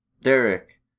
Derek